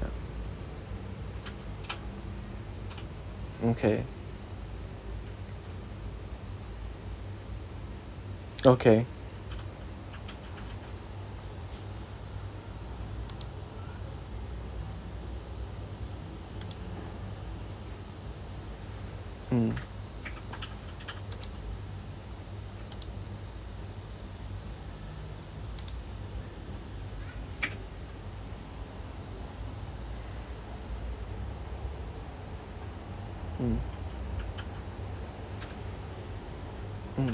ya okay okay mm mm mm